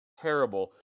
terrible